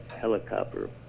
helicopter